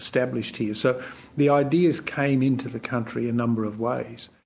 established here. so the ideas came into the country a number of ways.